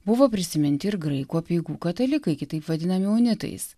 buvo prisiminti ir graikų apeigų katalikai kitaip vadinami unitais